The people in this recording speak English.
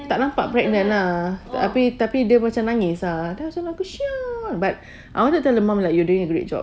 tak nampak pregnant ah tapi dia macam nangis lah but I wanted to tell the mum like you're doing a great job ya